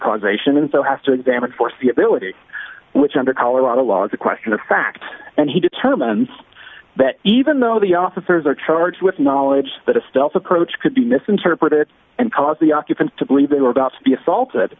cause ation and so has to examine foreseeability which under colorado law is a question of fact and he determines that even though the officers are charged with knowledge that a stealth approach could be misinterpreted and cause the occupant to believe they were about to be assaulted